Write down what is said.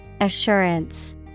Assurance